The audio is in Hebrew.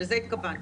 לזה התכוונת.